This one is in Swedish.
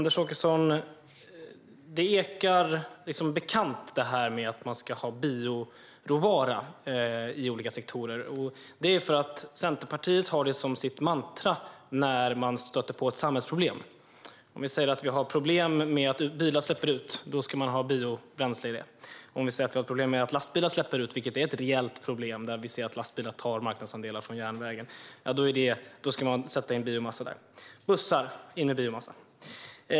Fru talman! Detta med att man ska använda bioråvara i olika sektorer ekar bekant. Det beror på att Centerpartiet har detta som sitt mantra när man stöter på ett samhällsproblem. Om vi har problem med utsläpp från bilar ska vi använda biobränsle. Om vi har problem med utsläpp från lastbilar, vilket är ett reellt problem - vi ser att lastbilar tar marknadsandelar från järnvägen - ska vi sätta in biomassa där. Samma sak gäller för bussar.